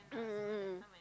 mm mm mm mm